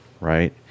right